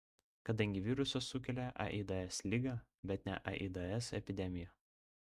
kadangi virusas sukelia aids ligą bet ne aids epidemiją